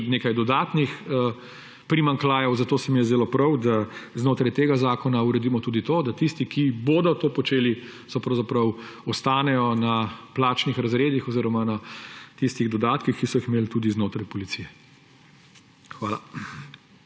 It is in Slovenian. še nekaj dodatnih primanjkljajev, zato se mi je zdelo prav, da znotraj tega zakona uredimo tudi to, da tisti, ki bodo to počeli, ostanejo na plačnih razredih oziroma na tistih dodatkih, ki so jih imeli tudi znotraj policije. Hvala.